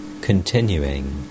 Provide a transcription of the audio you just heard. Continuing